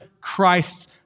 Christ's